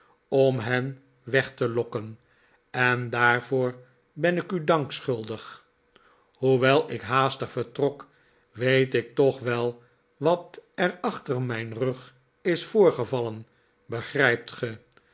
om hen weg te lokken en daarvoor ben ik u dank schuldig hoewel ik haastig vertrok weet ik toch wel wat er achter mijn rug is voorgevallen begrijpt ge